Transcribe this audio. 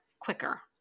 quicker